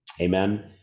Amen